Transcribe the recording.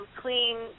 clean